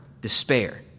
despair